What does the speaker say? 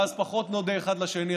ואז פחות נודה אחד לשני,